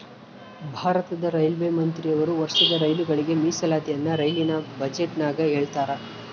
ಭಾರತದ ರೈಲ್ವೆ ಮಂತ್ರಿಯವರು ವರ್ಷದ ರೈಲುಗಳಿಗೆ ಮೀಸಲಾತಿಯನ್ನ ರೈಲಿನ ಬಜೆಟಿನಗ ಹೇಳ್ತಾರಾ